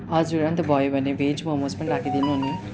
हजुर अन्त भयो भने भेज मोमोज् पनि राखिदिनु नि